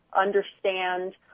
understand